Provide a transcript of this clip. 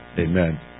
amen